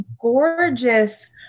gorgeous